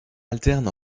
alterne